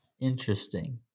Interesting